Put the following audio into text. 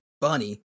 Bunny